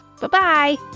Bye-bye